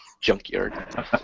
Junkyard